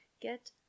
Get